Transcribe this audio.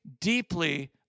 deeply